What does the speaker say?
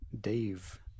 Dave